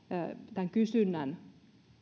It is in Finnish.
tämän kysynnän